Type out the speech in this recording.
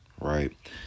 right